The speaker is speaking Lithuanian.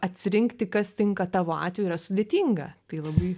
atsirinkti kas tinka tavo atveju yra sudėtinga tai labai